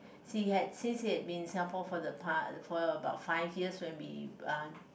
he had since he had been in Singapore for the past for about five years when we uh